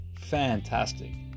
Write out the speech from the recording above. fantastic